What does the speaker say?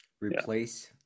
Replace